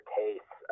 case